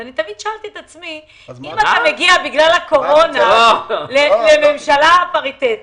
אז אני תמיד שואלת את עצמי: אם אתה מגיע בגלל הקורונה לממשלה הפריטטית,